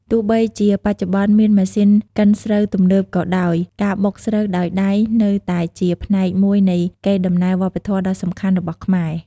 ទោះបីជាបច្ចុប្បន្នមានម៉ាស៊ីនកិនស្រូវទំនើបក៏ដោយ ការបុកស្រូវដោយដៃនៅតែជាផ្នែកមួយនៃកេរដំណែលវប្បធម៌ដ៏សំខាន់របស់ខ្មែរ។